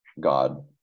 God